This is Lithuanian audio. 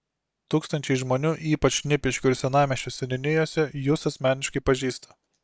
tūkstančiai žmonių ypač šnipiškių ir senamiesčio seniūnijose jus asmeniškai pažįsta